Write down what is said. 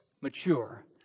mature